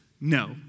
No